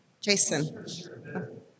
Jason